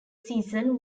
season